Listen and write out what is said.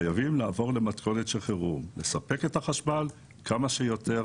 חייבים לעבור למתכונת חירום: לספק את החשמל כמה שיותר,